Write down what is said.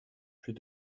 plus